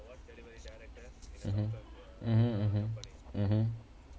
mmhmm mmhmm mmhmm mmhmm